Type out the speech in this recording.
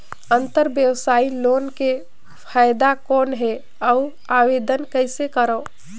अंतरव्यवसायी लोन के फाइदा कौन हे? अउ आवेदन कइसे करव?